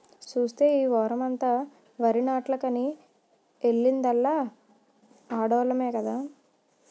సూస్తే ఈ వోరమంతా వరినాట్లకని ఎల్లిందల్లా ఆడోల్లమే కదా